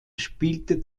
spielte